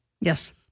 Yes